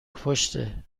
پشته